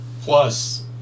Plus